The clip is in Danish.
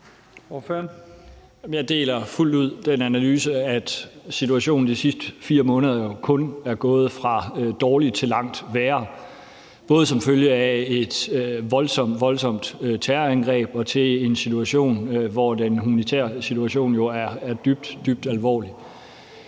Jeg deler fuldt ud den analyse, at situationen de sidste 4 måneder kun er gået fra dårligt til langt værre, både som følge af et voldsomt, voldsomt terrorangreb, og i forhold til at den humanitære situation er dybt, dybt alvorlig.